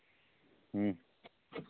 ᱦᱮᱸ